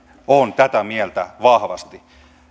olen tätä mieltä vahvasti